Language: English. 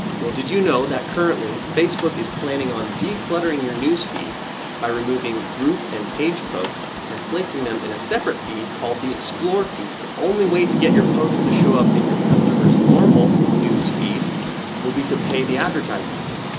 well, did you know that currently facebook is planning on de-cluttering your news feed by removing group and page posts and placing them in a separate feed called the explore feed. the only way to get your posts to show up in your customers normal news feed will be to pay the advertising fee.